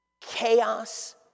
Chaos